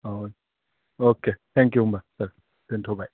अह अके थेंकिउ होमबा सार दोन्थ'बाय